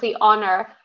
honor